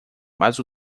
mas